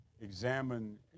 Examine